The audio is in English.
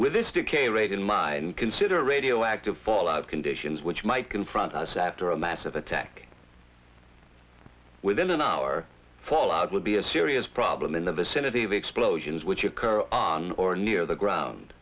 with this decay rate in mind consider radioactive fallout conditions which might confront us after a massive attack within an hour fallout would be a serious problem in the vicinity of explosions which occur on or near the ground